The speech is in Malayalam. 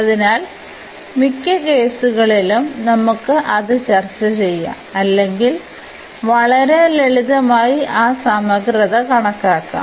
അതിനാൽ മിക്ക കേസുകളിലും നമുക്ക് അത് ചർച്ചചെയ്യാം അല്ലെങ്കിൽ വളരെ ലളിതമായി ആ സമഗ്രത കണക്കാക്കാം